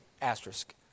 asterisk